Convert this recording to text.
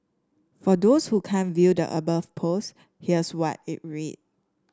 for those who can't view the above post here's what it read